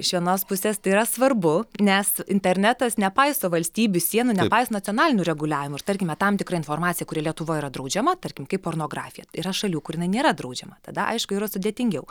iš vienos pusės tai yra svarbu nes internetas nepaiso valstybių sienų nepaiso nacionalinių reguliavimų ir tarkime tam tikra informacija kuri lietuvoj yra draudžiama tarkim kaip pornografija yra šalių kur jinai nėra draudžiama tada aišku yra sudėtingiau